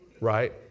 Right